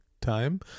time